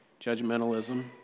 judgmentalism